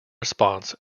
response